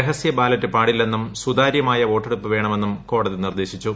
രഹസ്യ ബാലറ്റ് പാടില്ലെന്നും സുതാര്യമായ വോട്ടെടുപ്പ് വേണമെന്നും കോടതി നിർദ്ദേശിച്ചു